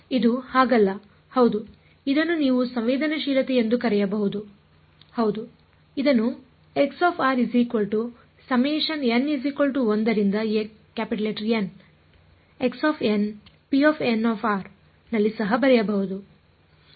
ಇದು ಹಾಗಲ್ಲ ಹೌದು ಇದನ್ನು ನೀವು ಸಂವೇದನಾಶೀಲತೆ ಎಂದು ಕರೆಯಬಹುದು ಹೌದು ಇದನ್ನು ನಲ್ಲಿ ಸಹ ಬರೆಯಲಾಗುವುದು